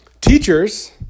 Teachers